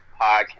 podcast